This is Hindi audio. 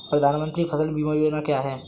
प्रधानमंत्री फसल बीमा योजना क्या है?